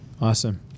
Awesome